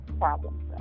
problems